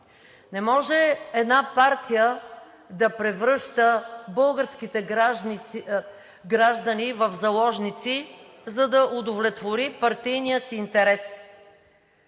Не може една партия да превръща българските граждани в заложници, за да удовлетвори партийния си интерес.